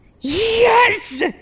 yes